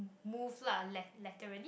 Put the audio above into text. move lah lag